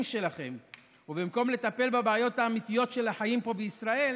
שלכם במקום לטפל בבעיות האמיתיות של החיים פה בישראל,